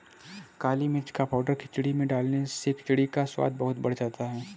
काली मिर्च का पाउडर खिचड़ी में डालने से खिचड़ी का स्वाद बहुत बढ़ जाता है